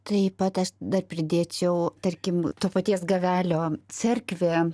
taip pat aš dar pridėčiau tarkim to paties gavelio cerkvė